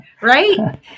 right